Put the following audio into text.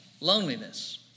Loneliness